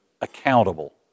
accountable